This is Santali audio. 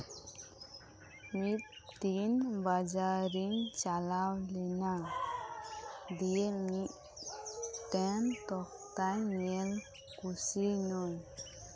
ᱢᱤᱫ ᱫᱤᱱ ᱵᱟᱡᱟᱨᱤᱧ ᱪᱟᱞᱟᱣ ᱞᱤᱱᱟ ᱫᱤᱭᱮ ᱢᱤᱫᱴᱮᱱ ᱛᱚᱠᱛᱟᱧ ᱧᱮᱞ ᱠᱩᱥᱤᱭ ᱱᱟᱹᱧ